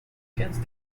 against